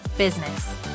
Business